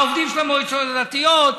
העובדים של המועצות הדתיות,